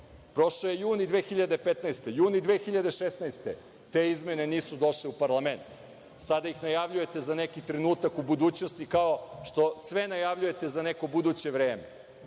Prošao je jun 2015. godine, jun 2016. godine, te izmene nisu došle u parlament. Sada ih najavljujete za neki trenutak u budućnosti, kao što sve najavljujete za neko buduće vreme.